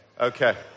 Okay